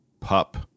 pup